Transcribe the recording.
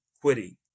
quitting